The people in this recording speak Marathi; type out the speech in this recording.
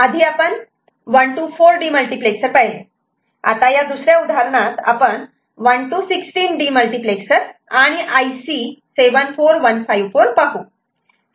2C" आधी आपण 1 to 4 डीमल्टिप्लेक्ससर पाहिले आता या दुसऱ्या उदाहरणात आपण 1 to 16 डीमल्टिप्लेक्सर आणि IC 7415 4 पाहू